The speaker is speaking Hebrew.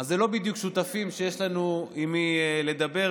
אז זה לא בדיוק שותפים שיש לנו עם מי לדבר.